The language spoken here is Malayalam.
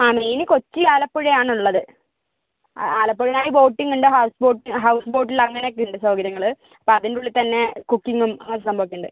ആ മീന് കൊച്ചി ആലപ്പുഴയാണ് ആലപ്പുഴയാണെൽ ബോട്ടിങ്ങുണ്ട് ഹൗസ് ബോട്ടി ഹൗസ് ബോട്ടിൽ അങ്ങനെയൊക്കെയുണ്ട് സൗകര്യങ്ങള് അപ്പോൾ അതിൻറ്റുള്ളിൽ തന്നെ കുക്കിങ്ങും ആ സംഭവമക്കെയുണ്ട്